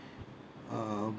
err